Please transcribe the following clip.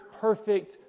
perfect